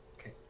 Okay